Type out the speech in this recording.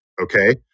okay